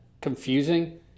confusing